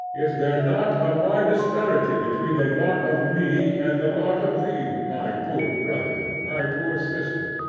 is there not a wide disparity between the lot of me and the lot of thee, my poor brother, my poor sister?